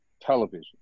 television